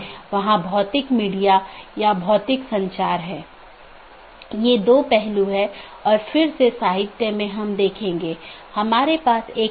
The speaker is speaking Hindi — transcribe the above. इसलिए पड़ोसियों की एक जोड़ी अलग अलग दिनों में आम तौर पर सीधे साझा किए गए नेटवर्क को सूचना सीधे साझा करती है